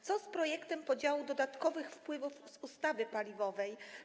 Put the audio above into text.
Co z projektem podziału dodatkowych wpływów z ustawy paliwowej?